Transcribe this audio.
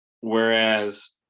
Whereas